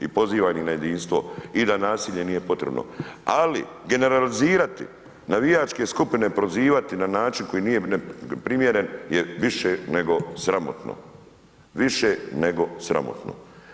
I pozivam ih na jedinstvo i da nasilje nije potrebno, ali da generalizirati navijačke skupine prozivati na način koji nije primjeren je više nego sramotno, više nego sramotno.